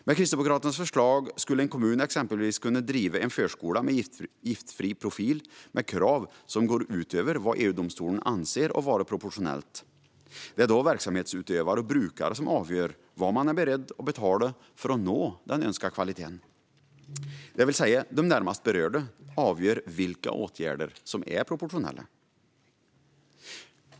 Med Kristdemokraternas förslag skulle en kommun exempelvis kunna driva en förskola med giftfri profil med krav som går utöver vad EU-domstolen anser vara proportionerligt. Det är då verksamhetsutövare och brukare som avgör vad de är beredda att betala för att nå den önskade kvaliteten. Det innebär att de närmast berörda avgör vilka åtgärder som är proportionerliga.